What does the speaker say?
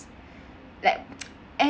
like